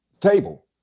table